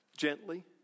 Gently